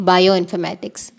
Bioinformatics